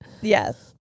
yes